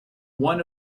one